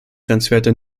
grenzwerte